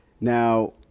now